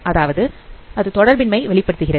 அதாவது அது தொடர்பின்மை வெளிப்படுத்துகிறது